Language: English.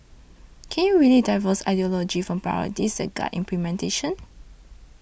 can you really divorce ideology from priorities that guide implementation